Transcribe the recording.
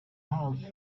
house